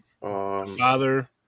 Father